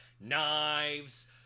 knives